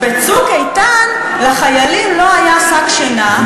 ב"צוק איתן" לחיילים לא היה שק שינה,